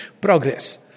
progress